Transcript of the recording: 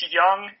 young